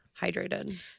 hydrated